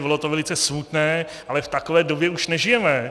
Bylo to velice smutné, ale v takové době už nežijeme.